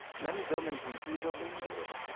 many buildings in pisa leaned a little.